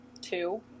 two